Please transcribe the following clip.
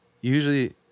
usually